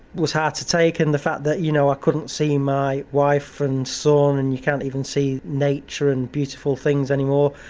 was hard to take and the fact that you know i couldn't see my wife and son and you can't even see nature and beautiful things anymore,